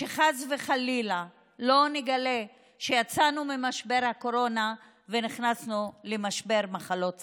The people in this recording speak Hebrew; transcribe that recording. שחס וחלילה לא נגלה שיצאנו ממשבר הקורונה ונכנסנו למשבר מחלות סרטן.